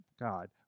God